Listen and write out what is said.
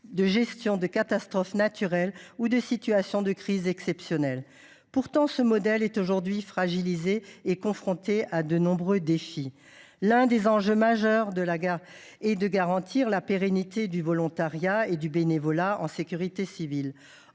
gérer les catastrophes naturelles ou les situations de crise exceptionnelles. Pourtant, ce modèle est aujourd’hui fragilisé et confronté à de nombreux défis. Il est fondamental de garantir la pérennité du volontariat et du bénévolat en sécurité civile.